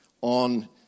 on